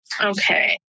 Okay